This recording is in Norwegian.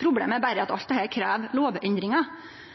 Problemet er berre at alt dette krev lovendringar.